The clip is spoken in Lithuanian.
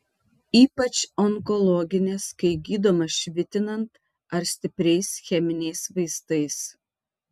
ypač onkologinės kai gydoma švitinant ar stipriais cheminiais vaistais